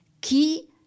qui